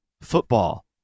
football